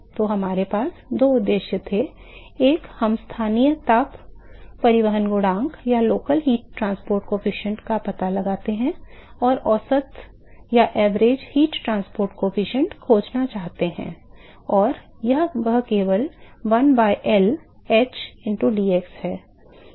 तो हमारे पास दो उद्देश्य थे एक हम स्थानीय ताप परिवहन गुणांक का पता लगाते हैं हम औसत ताप परिवहन गुणांक खोजना चाहते हैं और वह केवल one by L h into dx है